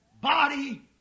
body